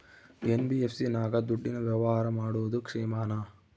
NBFC ನಾಗ ದುಡ್ಡಿನ ವ್ಯವಹಾರ ಮಾಡೋದು ಕ್ಷೇಮಾನ?